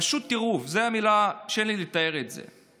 פשוט טירוף, זו המילה, קשה לי לתאר את זה.